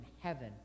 heaven